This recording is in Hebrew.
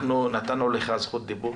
אנחנו נתנו לך זכות דיבור,